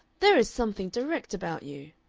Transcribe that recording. there is something direct about you.